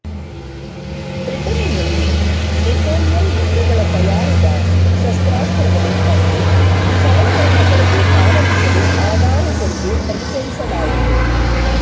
ಬ್ರಿಟನ್ನಲ್ಲಿ ನೆಪೋಲಿಯನ್ ಯುದ್ಧಗಳ ತಯಾರಿಗಾಗಿ ಶಸ್ತ್ರಾಸ್ತ್ರಗಳು ಮತ್ತು ಸಲಕರಣೆಗಳ್ಗೆ ಪಾವತಿಸಲು ಆದಾಯತೆರಿಗೆ ಪರಿಚಯಿಸಲಾಯಿತು